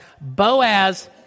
Boaz